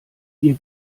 ihr